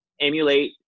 emulate